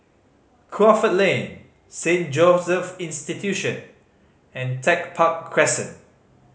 Crawford Lane Saint Joseph Institution and Tech Park Crescent